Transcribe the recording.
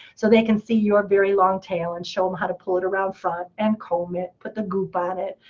so they can see your very long tail, and show them how to pull it around front, and comb it, put the goop on it,